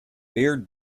beard